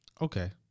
okay